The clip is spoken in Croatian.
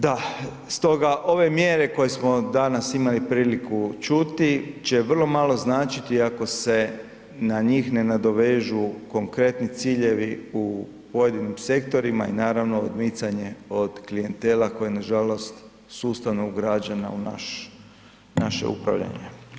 Da, stoga ove mjere koje smo danas imali priliku čuti će vrlo malo značiti ako se na njih ne nadovežu konkretni ciljevi u pojedinim sektorima i naravno odmicanje od klijentela koje nažalost sustavno ugrađena u naše upravljanje.